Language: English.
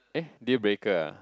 eh deal breaker ah